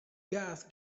gas